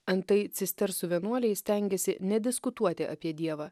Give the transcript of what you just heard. antai cistersų vienuoliai stengėsi nediskutuoti apie dievą